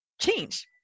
change